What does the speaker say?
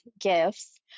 gifts